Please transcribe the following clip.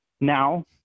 Now